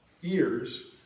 years